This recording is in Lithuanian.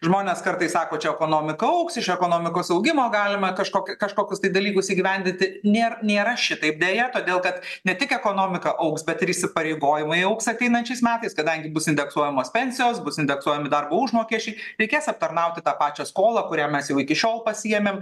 žmonės kartais sako čia ekonomika augs iš ekonomikos augimo galime kažkokį kažkokius tai dalykus įgyvendinti nėr nėra šitaip deja todėl kad ne tik ekonomika augs bet ir įsipareigojimai augs ateinančiais metais kadangi bus indeksuojamos pensijos bus indeksuojami darbo užmokesčiai reikės aptarnauti tą pačią skolą kurią mes jau iki šiol pasiėmėm